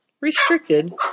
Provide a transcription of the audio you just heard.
restricted